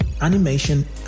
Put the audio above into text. animation